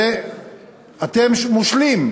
הרי אתם מושלים,